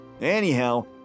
Anyhow